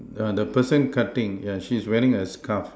err the person cutting yeah she is wearing a scarf